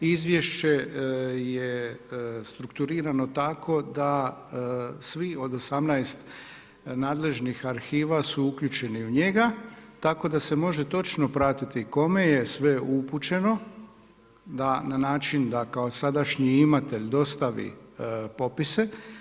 Izvješće je strukturirano tako da svi od 18 nadležnih arhiva su uključeni u njega, tako da se može točno pratiti kome je sve upućeno na način da kao sadašnji imatelj dostavi popise.